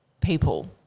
people